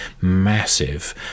massive